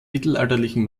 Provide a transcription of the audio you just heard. mittelalterlichen